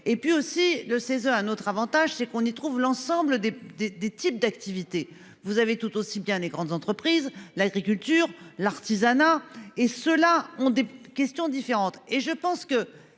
et puis aussi le CESE un autre Avantage c'est qu'on y trouve l'ensemble des des des types d'activités. Vous avez tout aussi bien des grandes entreprises, l'agriculture, l'artisanat et ceux-là ont des questions différentes